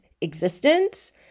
existence